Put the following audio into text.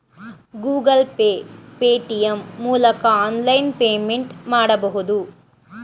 Google Pay, Paytm ಮೂಲಕ online payment ಮಾಡಬಹುದು